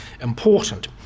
important